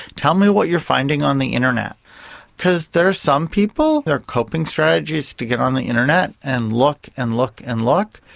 tell me what you're finding on the internet because there are some people, their coping strategy is to get on the internet and look and look and look,